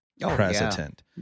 president